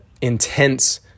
intense